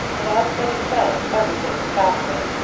and, as bettie said, every day was saturday,